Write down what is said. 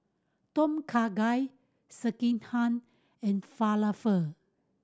Tom Kha Gai Sekihan and Falafel